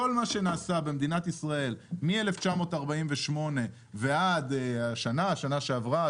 כל מה שנעשה במדינת ישראל מ-1948 ועד השנה או שנה שעברה,